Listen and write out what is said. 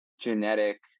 genetic